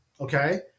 Okay